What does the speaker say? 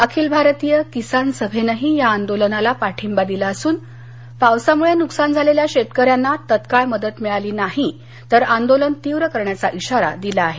अखिल भारतीय किसान सभेनंही या आंदोलनाला पाठिंबा दिला असून पावसामुळं नुकसान झालेल्या शेतकऱ्यांना तत्काळ मदत मिळाली नाही तर आंदोलन तीव्र करण्याचा इशारा दिला आहे